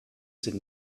sind